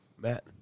Matt